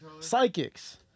Psychics